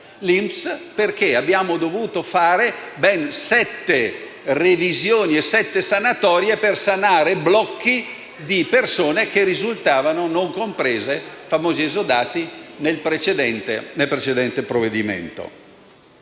che abbiamo dovuto fare ben sette revisioni e sette sanatorie per sanare blocchi di persone che risultavano non comprese (mi riferisco ai famosi esodati) nel precedente provvedimento.